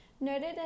noted